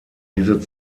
diese